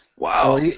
Wow